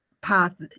path